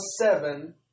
seven